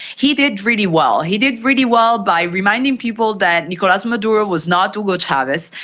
he did really well. he did really well by reminding people that nicolas maduro was not hugo chavez,